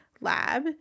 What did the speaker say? lab